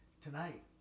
tonight